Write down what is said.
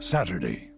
Saturday